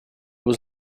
was